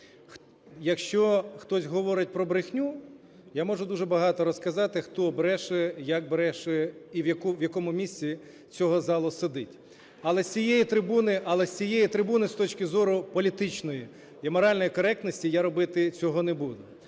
Якщо хтось говорить про брехню, я можу дуже багато розказати, хто бреше, як бреше і в якому місці цього залу сидить. Але з цієї трибуни, з точки зору політичної і моральної коректності, я робити цього не буду.